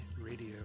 Radio